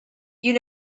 you